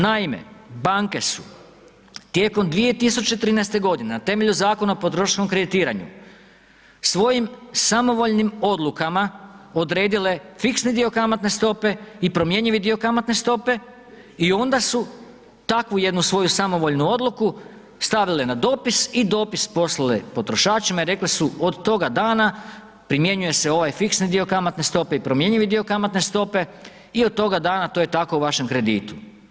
Naime, banke su tijekom 2013. g. na temelju Zakona o potrošačkom kreditiranju svojim samovoljnim odlukama, odredile fiksni dio kamatne stope i promjenjivi dio kamatne stope i onda su takvu jednu svoju samovoljnu odluku, stavile na dopis i dopis poslale potrošačima i rekle su od toga dana primjenjuje se ovaj fiksni dio kamatne stope i promjenjivi dio kamatne stope i od toga dana to je tako u vašem kreditu.